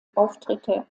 auftritte